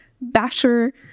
basher